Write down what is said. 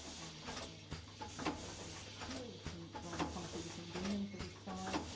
and like imagine michael here with some rather funky looking demons at his side.